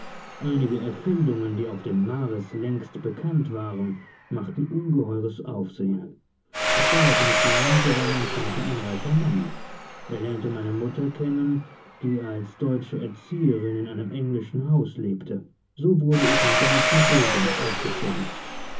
einige erfindungen die auf dem mars längst bekannt waren machten ungeheures aufsehen es dauerte nicht lange so war mein vater ein reicher mann er lernte meine mutter kennen die als deutsche erzieherin in einem englischen haus lebte so wurde ich in deutscher bildung aufgezogen